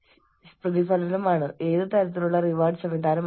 ജോലിയിൽ സമ്മർദ്ദം ചെലുത്തുന്ന രണ്ട് തരം വിശാലമായ വിഭാഗങ്ങൾ ഉണ്ടാകാം